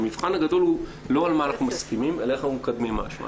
המבחן הגדול הוא לא על מה אנחנו מסכימים אלא איך אנחנו מקדמים משהו.